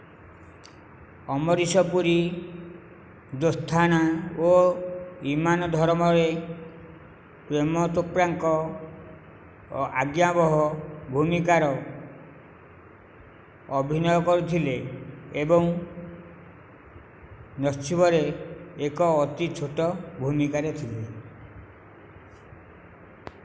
ଅମରୀଶ ପୁରୀ ଦୋସ୍ତାନା ଓ ଇମାନ ଧରମରେ ପ୍ରେମ ଚୋପ୍ରାଙ୍କ ଆଜ୍ଞାବହ ଭୂମିକାରେ ଅଭିନୟ କରିଥିଲେ ଏବଂ ନସିବରେ ଏକ ଅତି ଛୋଟ ଭୂମିକାରେ ଥିଲେ